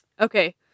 Okay